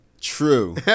True